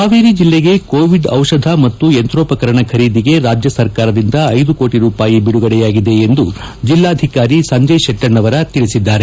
ಹಾವೇರಿ ಜಿಲ್ಲೆಗೆ ಕೋವಿಡ್ ದಿಷಧ ಮತ್ತು ಯಂತ್ರೋಪಕರಣ ಖರೀದಿಗೆ ರಾಜ್ಯ ಸರ್ಕಾರದಿಂದ ಐದು ಕೋಟ ರೂಪಾಯಿ ಬಿಡುಗಡೆಯಾಗಿದೆ ಎಂದು ಜಿಲ್ಲಾಧಿಕಾರಿ ಸಂಜಯ ಶೆಟ್ಟೆಣ್ಣವರ ತಿಳಿಸಿದ್ದಾರೆ